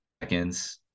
seconds